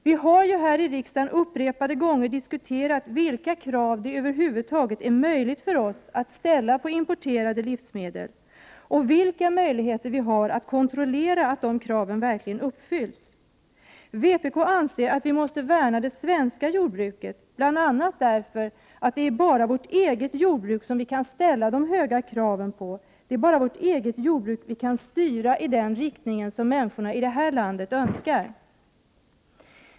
Vi har i riksdagen upprepade gånger diskuterat vilka krav det över huvud taget är möjligt för Sverige att ställa på importerade livsmedel och vilka möjligheter vi har att kontrollera att de kraven verkligen uppfylls. Vpk anser att vi måste värna det svenska jordbruket. Det är bara på vårt eget jordbruk vi kan ställa de höga kraven. Det är bara vårt eget jordbruk vi kan styra i den riktning människorna i det här landet önskar.